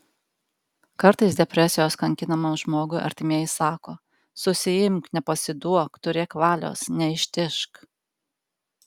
kartais depresijos kankinamam žmogui artimieji sako susiimk nepasiduok turėk valios neištižk